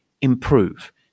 improve